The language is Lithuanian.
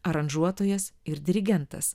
aranžuotojas ir dirigentas